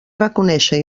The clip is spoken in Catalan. reconèixer